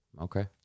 Okay